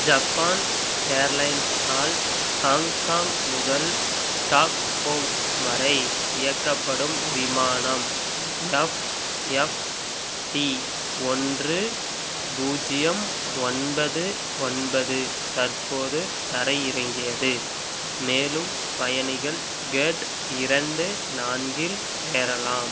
Japan airlines ஆல் Hong Kong முதல் Stockholm வரை இயக்கப்படும் விமானம் எஃப் எஃப் டி ஒன்று பூஜ்ஜியம் ஒன்பது ஒன்பது தற்போது தரையிறங்கியது மேலும் பயணிகள் கேட் இரண்டு நான்கில் ஏறலாம்